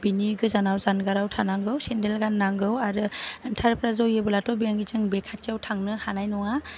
बेनि गोजानाव जानगाराव थानांगौ सेन्डेल गाननांगौ आरो टारफ्रा जयोब्लाथ' बेनिथिं बे खाथियाव थांनो हानाय नङा